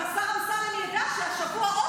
והשר אמסלם ידע שהשבוע,